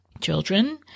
children